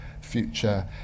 future